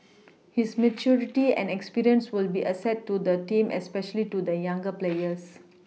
his maturity and experience will be an asset to the team especially to the younger players